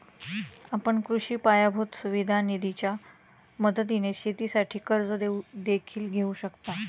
आपण कृषी पायाभूत सुविधा निधीच्या मदतीने शेतीसाठी कर्ज देखील घेऊ शकता